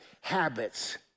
habits